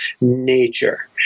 nature